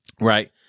Right